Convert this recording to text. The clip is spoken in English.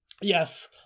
Yes